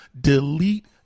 Delete